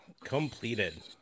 completed